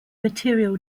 material